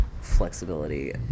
flexibility